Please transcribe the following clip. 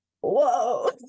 Whoa